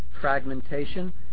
fragmentation